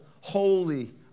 holy